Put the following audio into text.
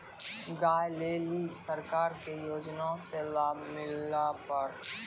गाय ले ली सरकार के योजना से लाभ मिला पर?